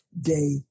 Day